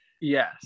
Yes